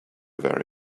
very